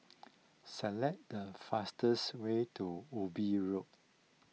select the fastest way to Ubi Road